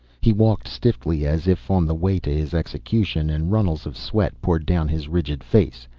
he walked stiffly, as if on the way to his execution, and runnels of sweat poured down his rigid face.